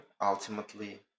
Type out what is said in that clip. ultimately